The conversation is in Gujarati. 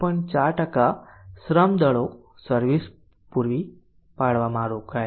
4 શ્રમ દળો સર્વિસ પૂરી પાડવામાં રોકાયેલા છે